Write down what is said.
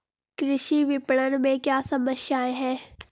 कृषि विपणन में क्या समस्याएँ हैं?